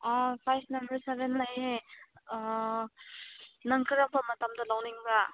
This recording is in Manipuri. ꯑꯥ ꯁꯥꯏꯖ ꯅꯝꯕꯔ ꯁꯕꯦꯟ ꯂꯩꯌꯦ ꯑꯥ ꯅꯪ ꯈꯔꯀꯣ ꯃꯇꯝꯗꯣ ꯂꯧꯅꯤꯡꯕ